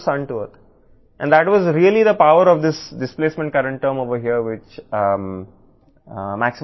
Maxwell సరిగ్గా చేయగలిగిన ఈ డిస్ప్లేస్మెంట్ ప్రస్తుత పదం యొక్క శక్తి ఇది